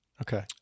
Okay